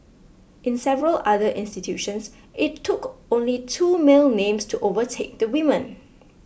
in several other institutions it took only two male names to overtake the women